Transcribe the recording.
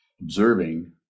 observing